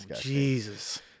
jesus